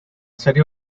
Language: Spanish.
serie